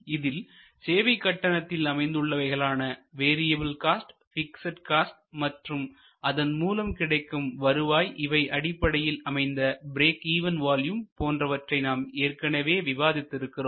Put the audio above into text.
இதில் சேவை கட்டணத்தில் அமைந்துள்ளவைகளான வேரியபில் காஸ்ட் பிக்ஸ்ட் காஸ்ட் மற்றும் அதன் மூலம் கிடைக்கும் வருவாய் இவை அடிப்படையில் அமைந்த பிரேக் இவன் வால்யூம் போன்றவற்றை நாம் ஏற்கனவே விவாதித்து இருக்கிறோம்